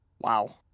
Wow